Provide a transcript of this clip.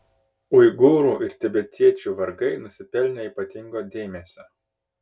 uigūrų ir tibetiečių vargai nusipelnė ypatingo dėmesio